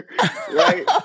Right